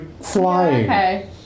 flying